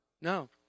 No